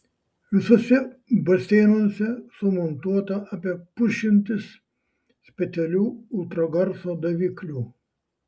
visuose baseinuose sumontuota apie pusšimtis specialių ultragarso daviklių